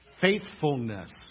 Faithfulness